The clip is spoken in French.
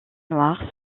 noires